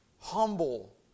humble